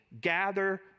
gather